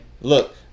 look